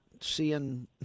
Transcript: seeing